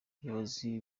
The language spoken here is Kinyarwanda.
ubuyobozi